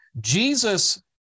Jesus